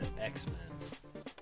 X-Men